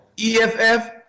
EFF